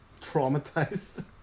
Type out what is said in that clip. traumatized